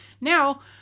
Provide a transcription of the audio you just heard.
Now